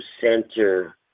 center